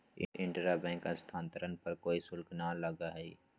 intra bank स्थानांतरण पर कोई शुल्क ना लगा हई